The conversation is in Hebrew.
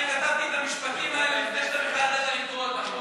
אני כתבתי את המשפטים האלה לפני שאתה בכלל ידעת לקרוא אותם,